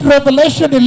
Revelation